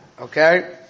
Okay